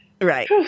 right